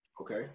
okay